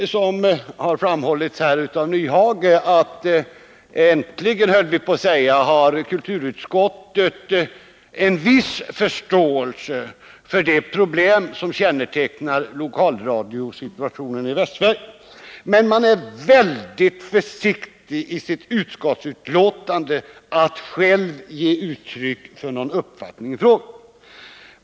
Som Hans Nyhage framhöll har kulturutskottet — äntligen höll jag på att säga — visat en viss förståelse för de problem som kännetecknat lokalradiosituationen i Västsverige. Men man är väldigt försiktig när det gäller att ge uttryck för någon uppfattning i frågan.